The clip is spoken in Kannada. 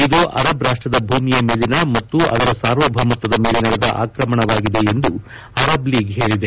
ಇದು ಅರಬ್ ರಾಷ್ಟದ ಭೂಮಿಯ ಮೇಲಿನ ಮತ್ತು ಅದರ ಸಾರ್ವಭೌಮತ್ವದ ಮೇಲೆ ನಡೆದ ಆಕ್ರಮಣವಾಗಿದೆ ಎಂದು ಅರಬ್ ಲೀಗ್ ಹೇಳಿದೆ